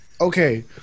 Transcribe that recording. okay